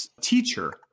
teacher